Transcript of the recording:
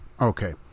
okay